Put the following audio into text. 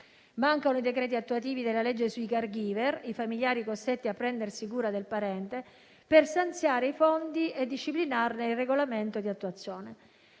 mancano i decreti attuativi della legge sui *caregiver* - i familiari costretti a prendersi cura del parente - per stanziare i fondi e disciplinarne il regolamento di attuazione,